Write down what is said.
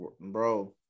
Bro